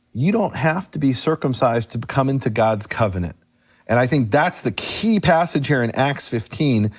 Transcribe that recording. you don't have to be circumcised to come into god's covenant and i think that's the key passage here in acts fifteen,